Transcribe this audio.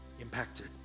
impacted